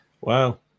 Wow